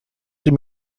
dem